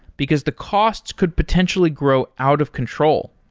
because the costs could potentially grow out of control.